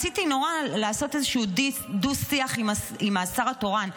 רציתי נורא לעשות איזשהו דו-שיח עם השר התורן.